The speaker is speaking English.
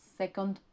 second